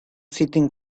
sitting